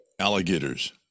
alligators